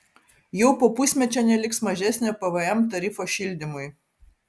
jau po pusmečio neliks mažesnio pvm tarifo šildymui